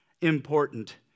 important